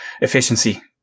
efficiency